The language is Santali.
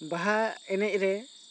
ᱵᱟᱦᱟ ᱮᱱᱮᱡ ᱨᱮ